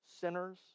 sinners